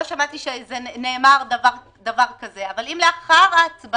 לא שמעתי שנאמר דבר כזה, אבל אם לאחר ההצבעה